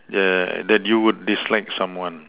the that you would dislike someone